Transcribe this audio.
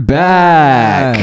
back